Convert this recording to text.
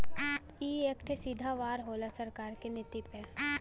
ई एक ठे सीधा वार होला सरकार की नीति पे